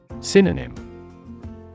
Synonym